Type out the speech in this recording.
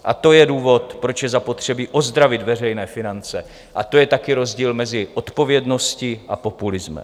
A to je důvod, proč je zapotřebí ozdravit veřejné finance, a to je taky rozdíl mezi odpovědností a populismem.